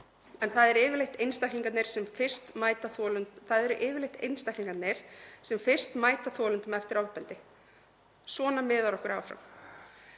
en það eru yfirleitt einstaklingarnir sem fyrst mæta þolendum eftir ofbeldi. Svona miðar okkur áfram.